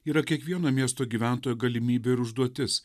yra kiekvieno miesto gyventojo galimybė ir užduotis